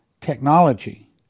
technology